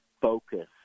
focus